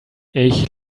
ich